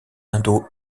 indo